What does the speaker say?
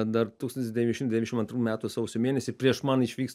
dar tūkstantis devyni šimtai devyniasdešimt antrų metų sausio mėnesį prieš man išvyks